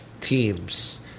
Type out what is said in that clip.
teams